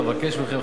אבקש מכם,